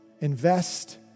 Invest